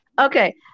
Okay